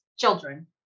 children